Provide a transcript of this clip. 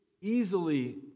easily